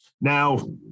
Now